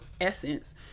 essence